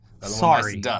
Sorry